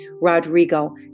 Rodrigo